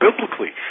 biblically